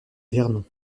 vernon